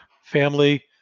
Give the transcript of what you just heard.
family